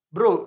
Bro